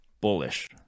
bullish